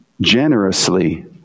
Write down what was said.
generously